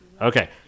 Okay